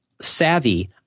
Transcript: savvy